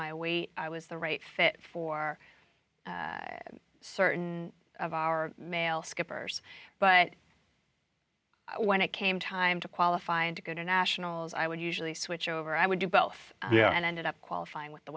my weight i was the right fit for certain of our male skippers but when it came time to qualify and to go to nationals i would usually switch over i would do both yeah and i ended up qualifying with the